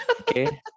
okay